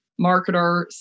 marketer